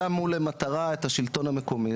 שמו למטרה את השלטון המקומי.